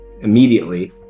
immediately